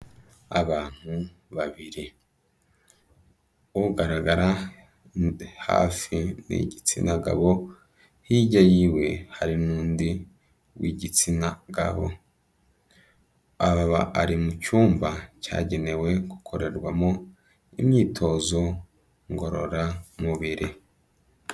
Abantu babiri ugaragara hafi ni igitsina gabo, hirya yiwe hari n'undi w'igitsina gabo. Aba bari mu cyumba cyagenewe gukorerwamo imyitozo ngororamubiri.